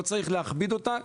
ולא להכביד אותה.